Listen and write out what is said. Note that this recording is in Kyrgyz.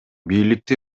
бийликти